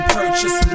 purchase